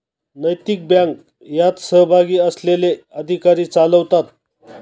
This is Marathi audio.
नैतिक बँक यात सहभागी असलेले अधिकारी चालवतात